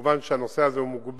מובן שהנושא הזה הוא מוגבל,